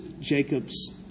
Jacob's